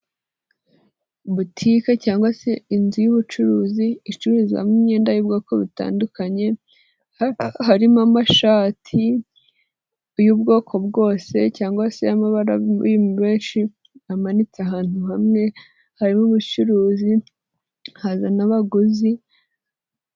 Butike cyangwa se inzu y'ubucuruzi, icururizwamo imyenda y'ubwoko butandukanye, harimo amashati y'ubwoko bwose cyangwa se amabara menshi, amanitse ahantu hamwe, harimo ubucuruzi, haza n'abaguzi.